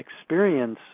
experience